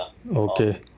okay